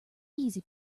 easy